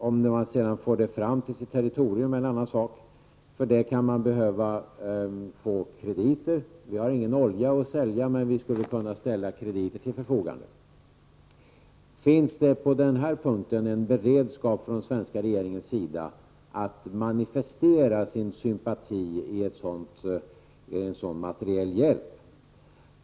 Om Litauen sedan lyckas få fram den till sitt territorium är en annan sak. För sådana köp kan landet behöva krediter. Sverige har ingen olja att sälja, men Sverige skulle kunna ställa krediter till förfogande. Finns det på denna punkt en beredskap från den svenska regeringens sida att manifestera sin sympati i en sådan materiell hjälp?